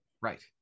Right